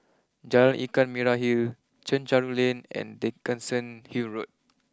Jalan Ikan Merah Hill Chencharu Lane and Dickenson Hill Road